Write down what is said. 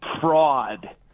fraud